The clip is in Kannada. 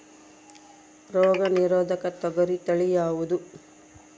ರೋಗ ನಿರೋಧಕ ತೊಗರಿ ತಳಿ ಯಾವುದು?